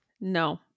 No